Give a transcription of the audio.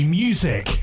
music